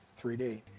3D